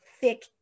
thick